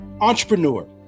Entrepreneur